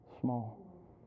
small